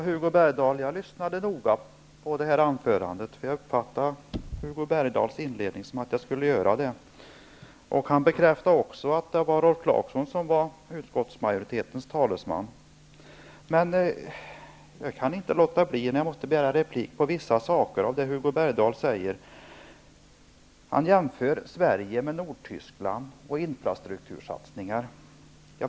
Herr talman! Jag lyssnade noga på Hugo Bergdahls anförande, eftersom jag uppfattade det som att han i inledningen uppmanade mig att göra det. Han kan bekräftade att det är Rolf Clarkson som är utskottsmajoritetens talesman. Men jag kan inte låta bli att begära replik på vissa saker som Hugo Hugo Bergdahl jämförde Sverige med Nordtyskland när det gäller infrastruktursatsningar.